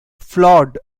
flawed